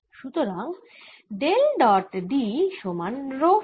সুতরাং del dot D সমান rho free